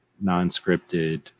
non-scripted